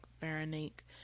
veronique